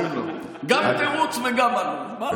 גם תירוץ וגם עלוב, מה לעשות.